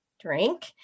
drink